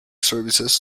services